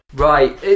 Right